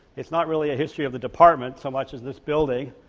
it's not really a history of the department so much as this building.